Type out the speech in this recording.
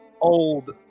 old